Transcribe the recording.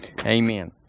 Amen